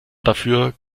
dafür